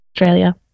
australia